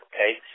Okay